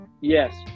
Yes